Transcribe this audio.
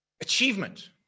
achievement